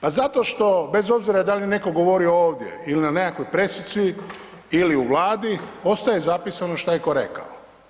Pa zato što bez obzira da li je netko govorio ovdje ili na nekakvoj presici ili u Vladi, ostaje zapisano šta je ko rekao.